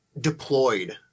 deployed